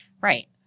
Right